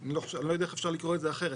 אני לא יודע איך אפשר לקרוא את זה אחרת.